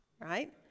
right